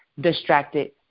distracted